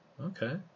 Okay